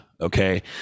okay